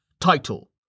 title